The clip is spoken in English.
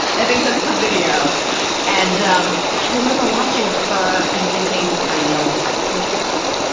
i think that's the video and um, i remember watching her and thinking, i know what that feels like.